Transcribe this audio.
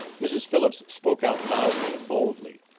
mrs. phillips spoke out loudly and boldly,